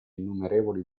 innumerevoli